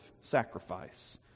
sacrifice